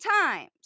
times